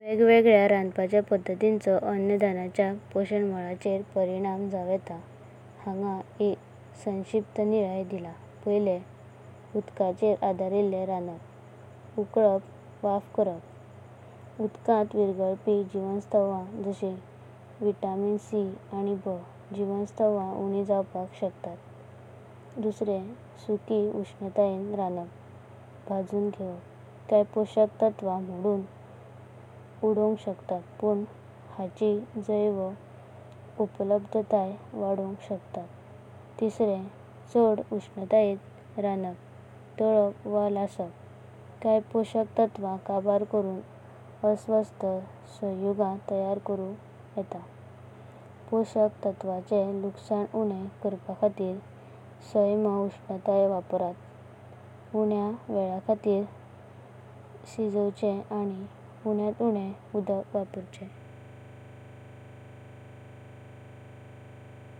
वेगवेगळया रांदपाचे पद्धतीचो अन्नधान्याच्या पोषण मोळाचेर परिणाम जावं येता। हांगा एका संक्षिप्त नियाला दिला। उदकाचेर आधारित रांदपा उकलपा, वाफा कडपा उदकांत विरगळपी जीवनसत्वं। जशिं विटामिन सी आणि बी जीवनसत्वं उणीम जावंका शकतात। सुकि उष्णतायें रांदपा भजून घेवापा ते कांया पोषक तत्वं मोडून उडवांक शकतात। पण हेरांची जैव उपलब्धतया वाडवांक शकतात। चड उष्णतायेंता रांदपा तलपा वा लसापा कंया पोषक तत्वं कबर करून अस्वस्थ संयुगं तयार करूं येतात। पोषक तत्वंचे नुकसान उणीं करापाखातीर सौन्या उष्णता वापरात। ऊण्य वेळा खातीर शिजवचेम आणि ऊंयंता उणीं उदक वापरचेम।